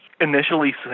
initially